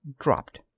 dropped